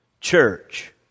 Church